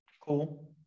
Cool